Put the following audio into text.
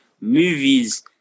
movies